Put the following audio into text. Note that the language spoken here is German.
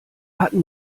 hatten